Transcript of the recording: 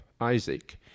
Isaac